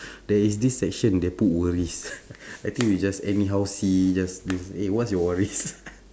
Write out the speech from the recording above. there is this section they put worries I think you just anyhow see just this eh what's your worries